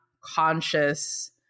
conscious